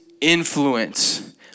influence